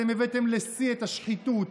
אתם הבאתם לשיא את השחיתות,